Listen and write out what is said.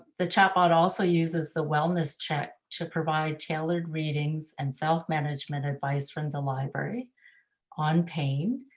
the chat bot also uses the wellness check to provide tailored readings and self-management advice from the library on pain.